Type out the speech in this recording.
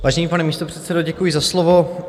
Vážený pane místopředsedo, děkuji za slovo.